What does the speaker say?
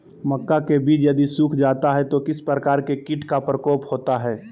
मक्का के बिज यदि सुख जाता है तो किस प्रकार के कीट का प्रकोप होता है?